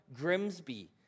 Grimsby